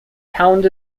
pound